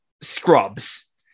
scrubs